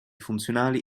funzionali